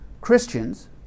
Christians